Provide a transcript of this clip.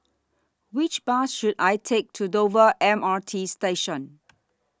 Which Bus should I Take to Dover M R T Station